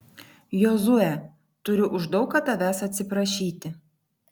jozue turiu už daug ką tavęs atsiprašyti